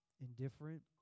indifferent